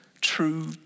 true